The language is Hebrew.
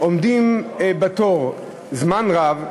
עומדים בתור זמן רב,